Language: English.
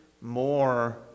more